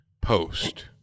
post